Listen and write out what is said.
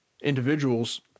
individuals